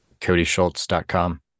codyschultz.com